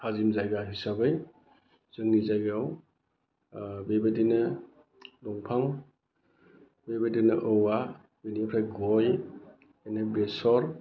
थाजिम जायगा हिसाबै जोंनि जायगायाव बेबादिनो दंफां बेबादिनो औवा बेनिफ्राय गय बेसर